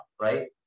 right